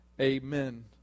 Amen